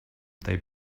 they